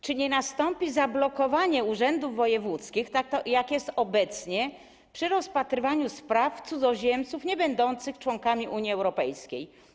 Czy nie nastąpi zablokowanie urzędów wojewódzkich, tak jak jest obecnie, przy rozpatrywaniu spraw cudzoziemców z państw niebędących członkami Unii Europejskiej?